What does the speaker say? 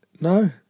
No